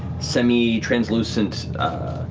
semi-translucent,